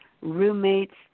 roommates